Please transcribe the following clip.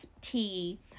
tea